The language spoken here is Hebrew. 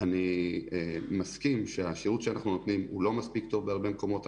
אני מסכים שהשירות שאנחנו נותנים לא מספיק טוב בהרבה מקומות,